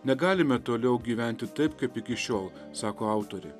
negalime toliau gyventi taip kaip iki šiol sako autorė